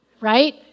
right